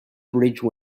bridge